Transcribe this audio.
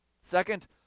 Second